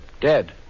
Dead